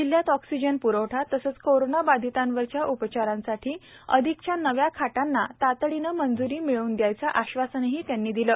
जिल्हयात ऑक्सिजन प्रवठा तसंच कोरोना बाधितांवरच्या उपचारांसाठी अधिकच्या नव्या खाटांना तातडीनं मंज्री मिळवून दयायचं आश्वासनही त्यांनी यावेळी दिलं